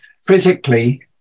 physically